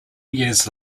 years